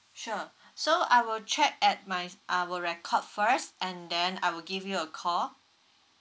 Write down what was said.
sure so I will check at my our record first and then I will give you a call